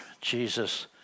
Jesus